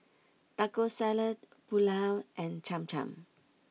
Taco Salad Pulao and Cham Cham